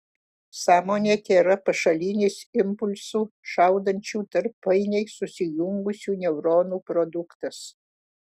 sąmonė tėra pašalinis impulsų šaudančių tarp painiai susijungusių neuronų produktas